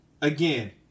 Again